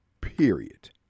period